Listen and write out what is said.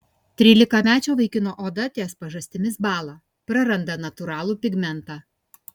trylikamečio vaikino oda ties pažastimis bąla praranda natūralų pigmentą